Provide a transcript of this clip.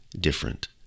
Different